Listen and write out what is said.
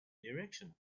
directions